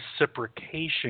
reciprocation